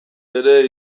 ere